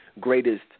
greatest